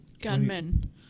Gunmen